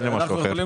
אין לי משהו אחר.